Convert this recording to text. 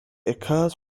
occurs